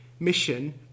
mission